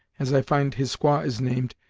as i find his squaw is named,